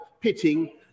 pitting